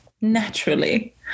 naturally